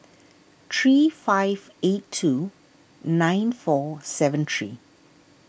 three five eight two nine four seven three